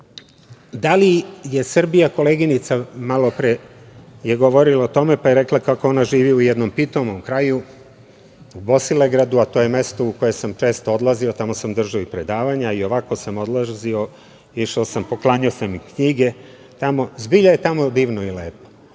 da li je Srbija, koleginica malopre je govorila o tome, pa je rekla kako ona živi u jednom pitomom kraju, u Bosilegradu, a to je mesto u koje sam često odlazio, tamo sam držao i predavanja, a i ovako sam odlazio, išao sam, poklanjao sam knjige tamo, zbilja je tamo divno i lepo.